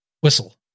whistle